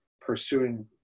pursuing